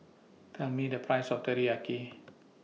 Tell Me The Price of Teriyaki